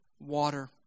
water